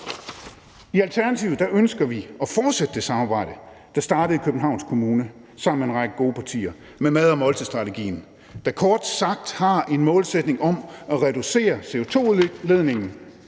I Alternativet ønsker vi at fortsætte det samarbejde, der startede i Københavns Kommune, sammen med en række gode partier med mad- og måltidsstrategien, der kort sagt indeholder en målsætning om at reducere CO2-udledningen